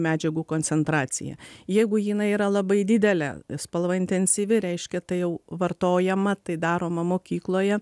medžiagų koncentracija jeigu jinai yra labai didelė spalva intensyvi reiškia tai jau vartojama tai daroma mokykloje